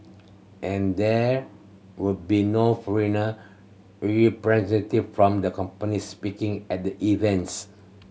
and there would be no foreigner representative from the company speaking at the events